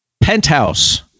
Penthouse